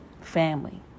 family